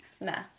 Nah